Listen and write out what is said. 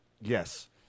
Yes